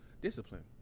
discipline